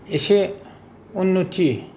एसे उन्न'ति